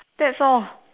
that's all